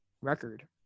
Record